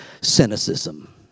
cynicism